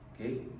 Okay